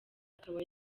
akaba